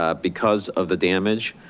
ah because of the damage,